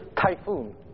typhoon